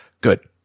Good